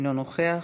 אינו נוכח.